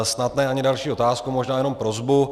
Snad ne ani další otázku, možná jenom prosbu.